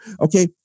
Okay